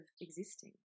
existing